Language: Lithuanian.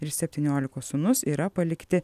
ir septyniolikos sūnus yra palikti